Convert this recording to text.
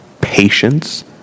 patience